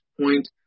point